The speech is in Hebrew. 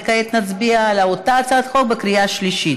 כעת נצביע על אותה הצעת חוק בקריאה השלישית.